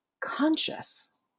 conscious